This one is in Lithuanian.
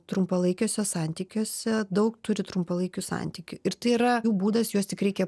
trumpalaikiuose santykiuose daug turi trumpalaikių santykių ir tai yra jų būdas juos tik reikia